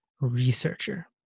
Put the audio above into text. researcher